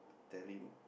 tell him